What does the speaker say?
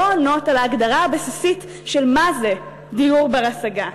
עונות על ההגדרה הבסיסית של מה זה דיור בר-השגה.